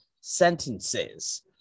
sentences